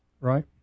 right